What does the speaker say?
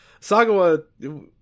Sagawa